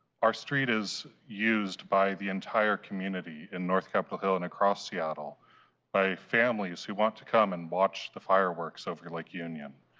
our street is used by the entire community, in north keprell hill and across seattle by families who want to come and watch the fireworks over lake union.